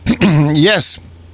Yes